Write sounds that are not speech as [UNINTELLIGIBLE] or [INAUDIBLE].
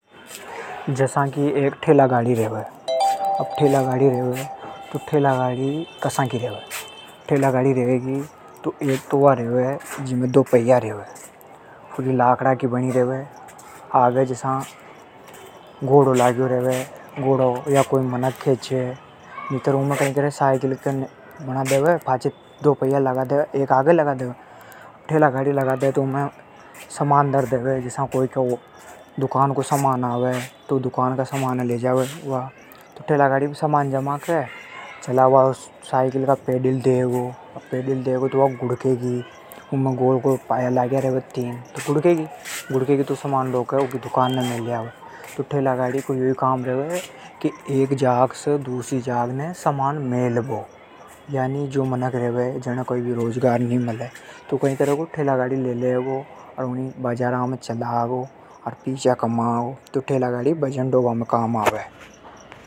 जसा एक ठेला गाड़ी रेवे। ठेला गाड़ी एक तो दो पहिया की रेवे। लकड़ी से बनी। कोई आदमी या घोड़ा से खींचे। नी तो साइकिल से चलावे। वा ठेला गाड़ी सामान लाबा ले जावा में काम आवे। [UNINTELLIGIBLE] तो ठेला गाड़ी को यो ही काम रेवे। एक जाग से सामान दूसरी जाग ने ले जावा को।